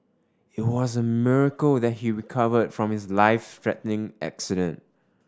it was a miracle that he recovered from his life threatening accident